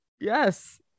Yes